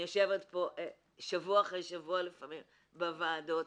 שבוע אחרי שבוע בוועדות: